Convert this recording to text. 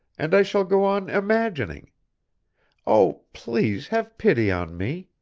and i shall go on imagining oh, please have pity on me!